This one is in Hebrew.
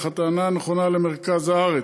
אך הטענה נכונה למרכז הארץ,